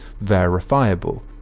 verifiable